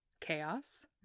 chaos